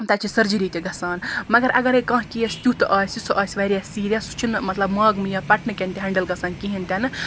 تَتہِ چھِ سرجری تہِ گژھان مَگَر اَگَرے کانٛہہ کیس تیُتھ آسہِ سُہ آسہِ واریاہ سیٖریس سُہ چھُ نہٕ مَطلَب ماگمہٕ یا پَٹنہٕ کیٚن ہینڈل گژھان کِہیٖنٛۍ تہِ نہٕ